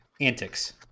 antics